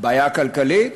בעיה כלכלית,